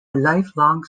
lifelong